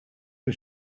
the